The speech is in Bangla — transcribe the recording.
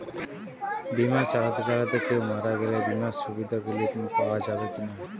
বিমা চালাতে চালাতে কেও মারা গেলে বিমার সুবিধা গুলি পাওয়া যাবে কি না?